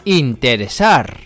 interesar